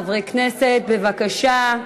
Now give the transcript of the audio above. חברי כנסת, בבקשה,